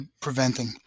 preventing